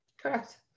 Correct